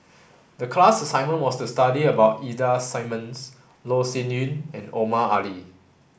the class assignment was to study about Ida Simmons Loh Sin Yun and Omar Ali